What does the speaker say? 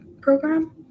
program